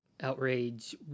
outrage